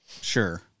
Sure